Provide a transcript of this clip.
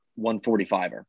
145er